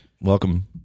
Welcome